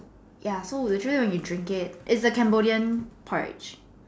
ya so literally when you drink it it's the Cambodian porridge